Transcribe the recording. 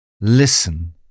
Listen